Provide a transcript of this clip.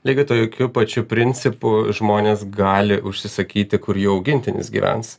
lygiai tokiu pačiu principu žmonės gali užsisakyti kur jų augintinis gyvens